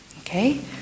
okay